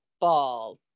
ball